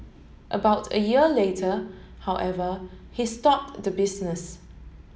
about a year later however he stopped the business